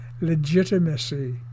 legitimacy